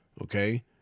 Okay